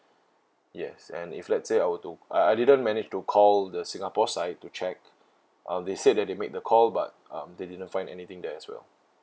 yes and if let's say I were to I I didn't manage to call the singapore side to check uh they said that they'll make the call but um they didn't find anything there as well